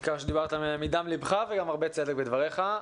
ניכר שדיברת מדם לבך, ויש גם הרבה צדק בדבריך.